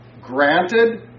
granted